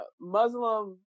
muslim